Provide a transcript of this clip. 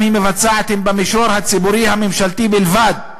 היא מבצעת הם במישור הציבורי-ממשלתי בלבד.